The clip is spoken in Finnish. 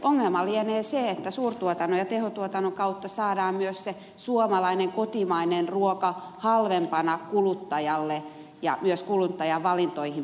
ongelma lienee se että suurtuotannon ja tehotuotannon kautta saadaan myös se suomalainen kotimainen ruoka halvempana kuluttajalle ja myös kuluttajan valintoihin